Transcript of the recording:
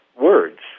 words